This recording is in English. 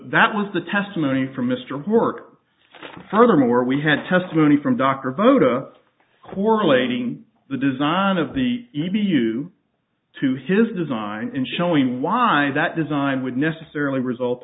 that was the testimony from mr work furthermore we had testimony from dr botha correlating the design of the e b u to his design and showing why that design would necessarily result